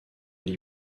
elle